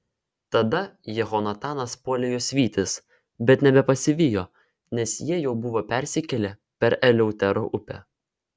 tada jehonatanas puolė juos vytis bet nebepasivijo nes jie jau buvo persikėlę per eleutero upę